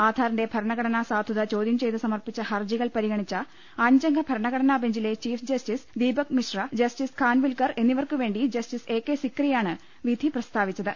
ആധാറിന്റെ ഭരണഘടനാ സാധുത ചോദ്യം ചെയ്ത് സമർപ്പിച്ച ഹർജികൾ പരിഗണിച്ച അഞ്ചംഗ ഭരണ ഘടനാ ബെഞ്ചിലെ chief justice Deepak Misra justice Khanwilkar എന്നിവർക്കു വേണ്ടി ജസ്റ്റിസ് എ കെ സിക്രിയാണ് വിധ്യി പ്രസ്താവിച്ചത്